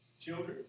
Children